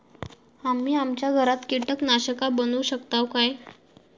आम्ही आमच्या घरात कीटकनाशका बनवू शकताव काय?